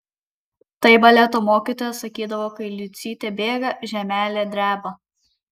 tai baleto mokytoja sakydavo kai liucytė bėga žemelė dreba